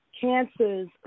cancers